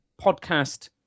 podcast